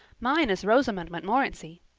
mine is rosamond montmorency.